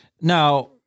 Now